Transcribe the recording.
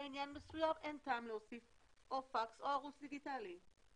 עניין מסוים אין טעם להוסיף או פקס או ערוץ דיגיטלי.